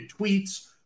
tweets